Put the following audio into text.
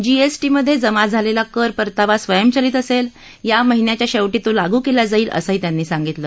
जीएसटीमधे जमा झालेला कर परतावा स्वयंचलित असेल या महिन्याच्या शेवटी तो लागू केला जाईल असंही त्यांनी सांगितलं